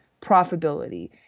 profitability